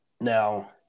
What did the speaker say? Now